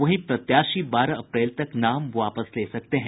वहीं प्रत्याशी बारह अप्रैल तक नाम वापस ले सकते हैं